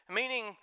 meaning